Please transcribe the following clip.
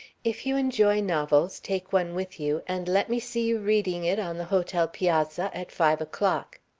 if you enjoy novels, take one with you, and let me see you reading it on the hotel piazza at five o'clock.